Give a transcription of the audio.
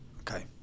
Okay